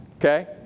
okay